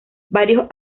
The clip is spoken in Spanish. varios